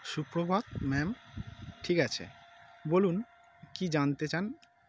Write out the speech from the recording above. সুপ্রভাত ম্যাম ঠিক আছে বলুন কী জানতে চান